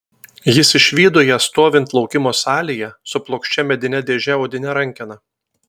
jis išvydo ją stovint laukimo salėje su plokščia medine dėže odine rankena